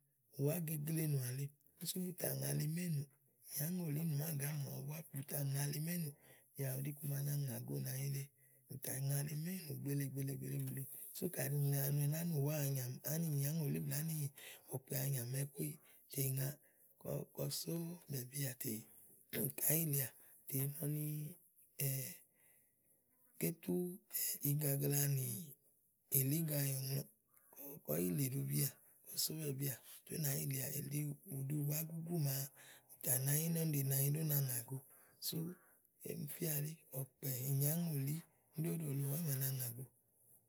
Ùwà gegle ènùà le úni sú bù tà ŋa li méènù ìnyáŋòlí nì máàgá bù tà ŋa li méènùù, bìà bù ɖi iku màa ba ŋàgo nànyiɖe bù tà ŋa li méènu gbèele gbèele gbèeleè. sú kàyi ùŋle wàa nɔɔwɛ ni ánùwá è eŋe, ánìnyáŋòlí blɛ̀ɛ ánì ɔ̀kpɛ̀ wàa nyàmà ikuéyi, tè ŋaà, kɔ só bɛ́bɛ́à tè kàá yilèà tà nɔni kétú igagla ní èlíga yɔ̀ŋlɔɔ̀ kɔ́ yìlè ìɖubià, kɔ só bɛ̀bià tè ú nàá yilèà nìlɔ ɖì ni ú ɖí ùwá gúgú màa ta nànyiɖe úna nànyiɖe úna ŋágo sú kéem fía elí, ɔkpɛ̀, ìnyáŋòlí ɖí óɖò lèe ùwá màa na ŋàgo.